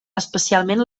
especialment